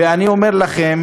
ואני אומר לכם: